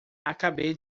acabei